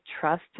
trust